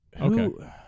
okay